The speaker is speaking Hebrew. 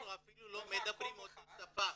אנחנו אפילו לא מדברים אותה שפה.